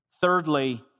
Thirdly